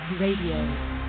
Radio